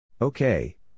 Okay